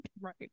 Right